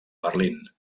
berlín